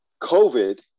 COVID